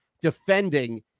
defending